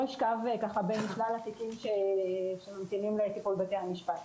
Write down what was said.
ישכב בין שלל התיקים שממתינים לטיפול בתי המשפט.